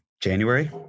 January